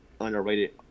underrated